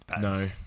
No